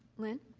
lynn?